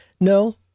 No